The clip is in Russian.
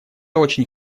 очень